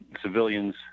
civilians